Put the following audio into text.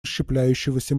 расщепляющегося